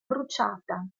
bruciata